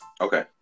Okay